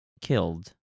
killed